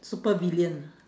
supervillain